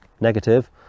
negative